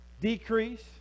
decrease